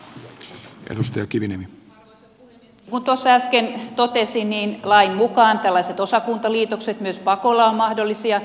kuten tuossa äsken totesin niin lain mukaan tällaiset osakuntaliitokset myös pakolla ovat mahdollisia